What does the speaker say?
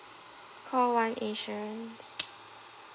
call one insurance